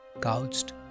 couched